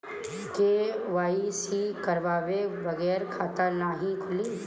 KYC करवाये बगैर खाता नाही खुली?